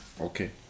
okay